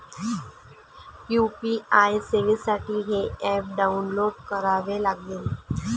UPI सेवेसाठी हे app download करावे लागेल